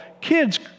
kids